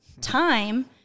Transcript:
time